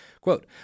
Quote